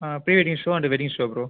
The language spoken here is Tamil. ah pre wedding show and wedding show bro